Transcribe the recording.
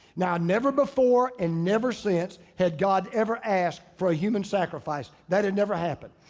now never before and never since had god ever asked for ah human sacrifice. that had never happened.